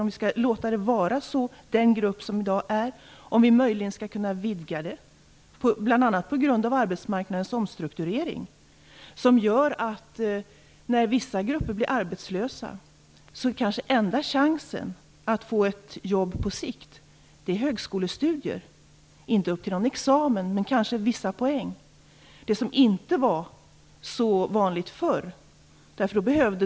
Skall vi låta det vara som det är i dag, eller skall vi vidga möjligheten? Bl.a. arbetsmarknadens omstrukturering gör att högskolestudier kanske är enda chansen för vissa grupper av arbetslösa att få ett jobb på sikt. Det handlar inte om studier upp till någon examen men kanske om vissa poäng. Detta var inte så vanligt förr.